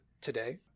today